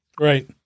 Right